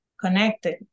connected